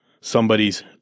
somebody's